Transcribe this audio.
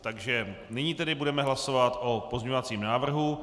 Takže nyní tedy budeme hlasovat o pozměňovacím návrhu.